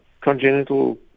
Congenital